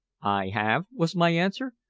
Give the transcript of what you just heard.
i have, was my answer.